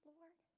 Lord